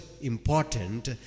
important